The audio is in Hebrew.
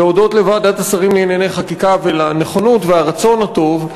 להודות לוועדת שרים לענייני חקיקה על הנכונות והרצון הטוב.